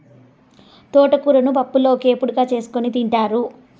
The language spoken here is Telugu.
తోటకూరను పప్పులోకి, ఏపుడుగా చేసుకోని తింటారు